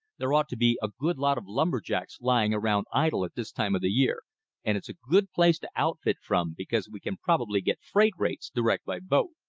there ought to be a good lot of lumber-jacks lying around idle at this time of year and it's a good place to outfit from because we can probably get freight rates direct by boat.